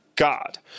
God